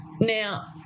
now